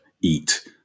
eat